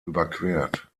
überquert